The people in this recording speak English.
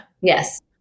Yes